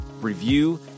review